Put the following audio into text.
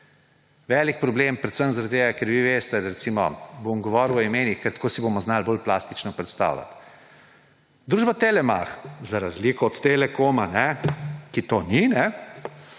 velik problem predvsem zaradi tega, ker vi veste ‒ bom govoril o imenih, ker tako si bomo znali bolj plastično predstavljati. Družba Telemach, za razliko od Telekoma, ki to ni,